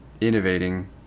innovating